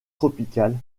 tropicales